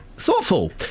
Thoughtful